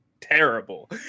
terrible